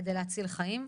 כדי להציל חיים.